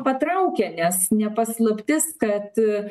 patraukia nes ne paslaptis kad